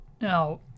Now